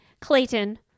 clayton